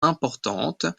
importantes